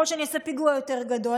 ככל שאני אעשה פיגוע יותר גדול,